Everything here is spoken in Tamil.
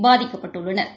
பாதிக்கப்பட்டுள்ளனா்